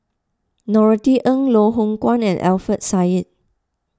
Norothy Ng Loh Hoong Kwan and Alfian Sa'At